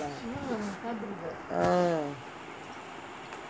ah